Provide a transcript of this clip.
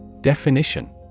Definition